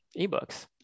ebooks